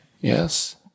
Yes